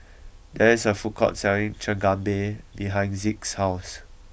there is a food court selling Chigenabe behind Zeke's house